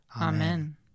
Amen